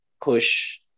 push